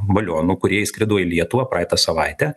balionų kurie įskrido į lietuvą praeitą savaitę